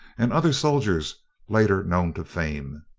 and other soldiers later known to fame.